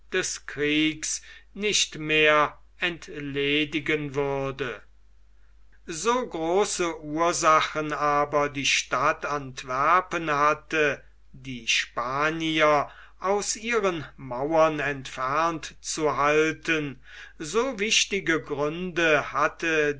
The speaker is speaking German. des kriegs nicht mehr entledigen würde so große ursachen aber die stadt antwerpen hatte die spanier aus ihren mauern entfernt zu halten so wichtige gründe hatte